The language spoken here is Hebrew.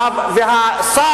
דרך